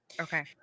Okay